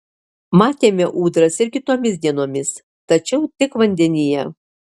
matėme ūdras ir kitomis dienomis tačiau tik vandenyje